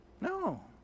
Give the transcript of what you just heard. no